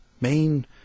main